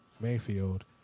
Mayfield